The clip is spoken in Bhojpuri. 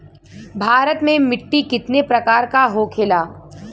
भारत में मिट्टी कितने प्रकार का होखे ला?